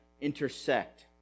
intersect